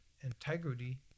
integrity